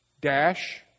Dash